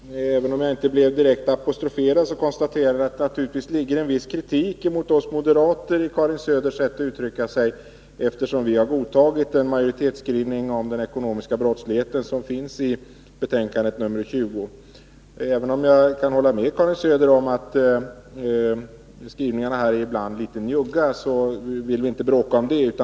Herr talman! Även om jag inte blev direkt apostroferad, konstaterar jag att det naturligtvis ligger en viss kritik mot oss moderater i Karin Söders sätt att uttrycka sig, eftersom vi har godtagit den majoritetsskrivning om den ekonomiska brottsligheten som finns i betänkandet 20. Även om jag kan hålla med Karin Söder om att skrivningarna här ibland är litet njugga, vill vi inte bråka om det.